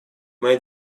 моя